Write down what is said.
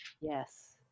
Yes